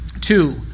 Two